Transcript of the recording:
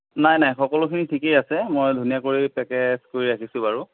নাই নাই সকলোখিনি ঠিকেই আছে মই ধুনীয়াকৈ পেকেট কৰি ৰাখিছোঁ বাৰু